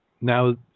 Now